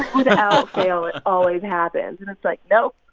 without fail, it always happen. and it's like, no.